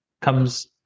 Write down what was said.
comes